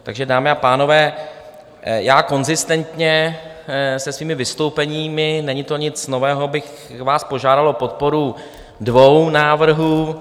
Takže, dámy a pánové, konzistentně se svými vystoupeními není to nic nového bych vás požádal o podporu dvou návrhů.